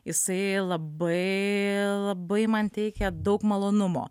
jisai labai labai man teikia daug malonumo